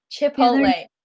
Chipotle